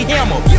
Hammer